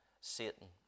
Satan